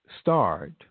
start